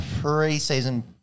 pre-season